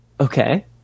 Okay